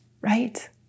right